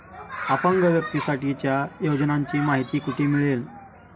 अपंग व्यक्तीसाठीच्या योजनांची माहिती कुठे मिळेल?